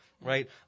right